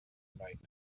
night